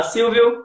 Silvio